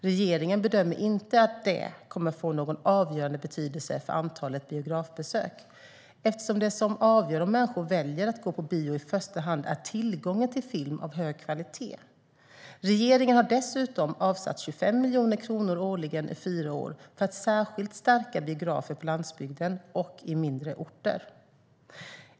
Regeringen bedömer inte att det kommer att få någon avgörande betydelse för antalet biografbesök, eftersom det som avgör om människor väljer att gå på bio i första hand är tillgången till film av hög kvalitet. Regeringen har dessutom avsatt 25 miljoner kronor årligen i fyra år för att särskilt stärka biografer på landsbygden och i mindre orter.